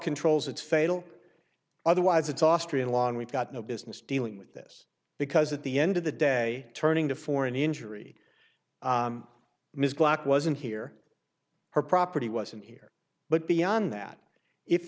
controls it's fatal otherwise it's austrian law and we've got no business dealing with this because at the end of the day turning to for an injury mrs black wasn't here her property wasn't here but beyond that if